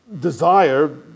desire